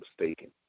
mistaken